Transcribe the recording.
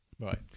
Right